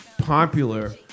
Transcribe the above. popular